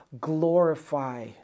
glorify